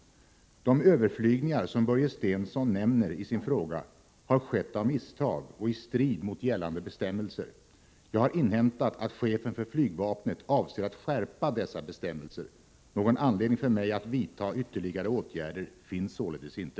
De överflygningar som Börje Stensson nämner i sin fråga har skett av misstag och i strid mot gällande bestämmelser. Jag har inhämtat att chefen för flygvapnet avser att skärpa dessa bestämelser. Någon anledning för mig att vidta ytterligare åtgärder finns således inte.